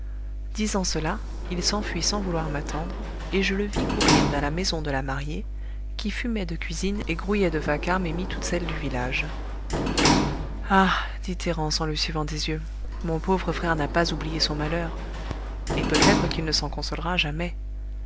disant cela il s'enfuit sans vouloir m'attendre et je le vis courir vers la maison de la mariée qui fumait de cuisine et grouillait de vacarme emmi toutes celles du village ah dit thérence en le suivant des yeux mon pauvre frère n'a pas oublié son malheur et peut-être qu'il ne s'en consolera jamais